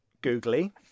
Googly